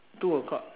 two o'clock